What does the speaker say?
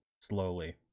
slowly